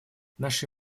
наши